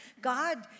God